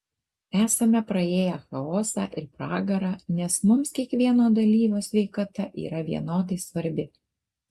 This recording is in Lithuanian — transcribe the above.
esame praėję chaosą ir pragarą nes mums kiekvieno dalyvio sveikata yra vienodai svarbi